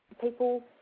People